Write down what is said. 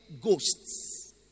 ghosts